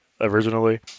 originally